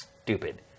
stupid